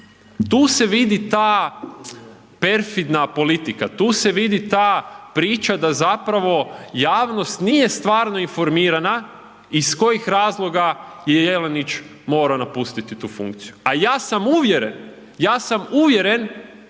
Tu se vidi ta perfidna politika, tu se vidi ta priča da zapravo javnost nije stvarno informirana iz kojih razloga je Jelenić morao napustiti tu funkciju. A ja sam uvjeren, ja sam uvjeren